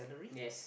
yes